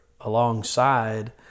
alongside